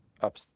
up